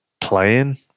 playing